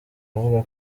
avuga